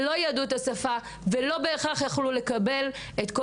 שלא ידעו את השפה ולא בהכרח יכלו לקבל את כל